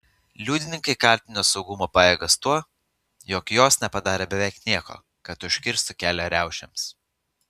liudininkai kaltino saugumo pajėgas tuo jog jos nepadarė beveik nieko kad užkirstų kelią riaušėms